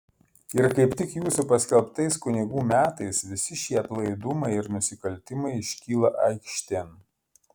ir kaip tik jūsų paskelbtais kunigų metais visi šie aplaidumai ir nusikaltimai iškyla aikštėn